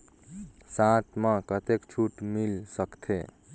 साथ म कतेक छूट मिल सकथे?